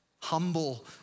Humble